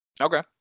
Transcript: okay